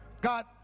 God